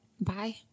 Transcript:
Bye